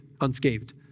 unscathed